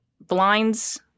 blinds